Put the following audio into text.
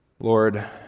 Lord